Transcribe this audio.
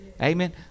Amen